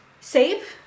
save